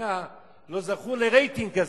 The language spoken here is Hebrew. השנייה לא זכו לרייטינג כזה,